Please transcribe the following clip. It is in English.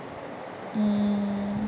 mm